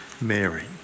Mary